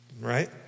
right